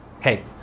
Hey